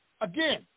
again